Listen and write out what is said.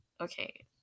Okay